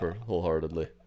wholeheartedly